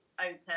open